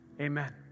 Amen